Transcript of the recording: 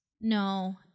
No